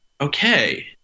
okay